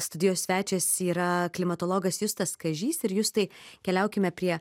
studijos svečias yra klimatologas justas kažys ir justai keliaukime prie